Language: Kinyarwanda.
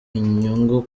inyungu